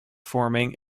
forming